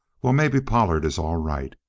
well, maybe pollard is all right.